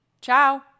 Ciao